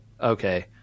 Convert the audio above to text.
okay